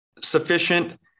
sufficient